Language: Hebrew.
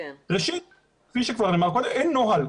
ראשית, כפי שכבר נאמר קודם, אין נוהל.